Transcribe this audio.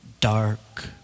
dark